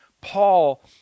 Paul